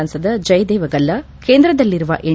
ಸಂಸದ ಜಯದೇವ ಗಲ್ಲಾ ಕೇಂದ್ರದಲ್ಲಿರುವ ಎನ್